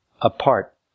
apart